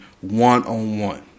one-on-one